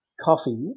coffee